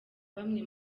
bamwe